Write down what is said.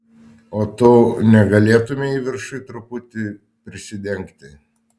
o tu negalėtumei viršuj truputį prisidengti